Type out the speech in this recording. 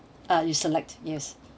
uh you select yes